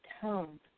tone